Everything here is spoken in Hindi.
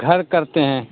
घर करते हैं